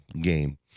game